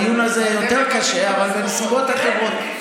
הדיון הזה יותר קשה, אבל בנסיבות אחרות.